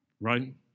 Right